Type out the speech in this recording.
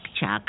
Chuck